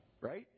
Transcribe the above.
right